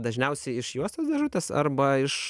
dažniausiai iš juostos dėžutės arba iš